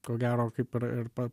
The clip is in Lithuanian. ko gero kaip ir ir pa